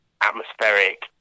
atmospheric